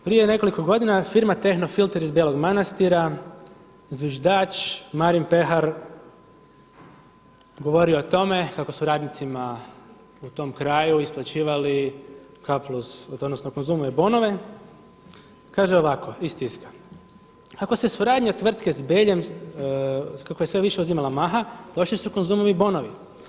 Prije nekoliko godina firma Tehnofilter iz Belog Manastira zviždač Marin Pehar govori o tome kako su radnicima u tom kraju isplaćivali konzumove bonove, kaže ovako iz tiska „ako se suradnja tvrtke s Beljem kako je sve više uzimala maha došli su konzumovi bonovi.